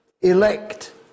elect